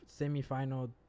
semifinal